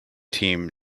team